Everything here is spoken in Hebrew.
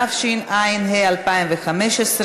התשע"ה 2015,